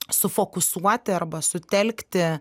sufokusuoti arba sutelkti